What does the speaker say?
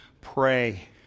pray